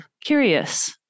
Curious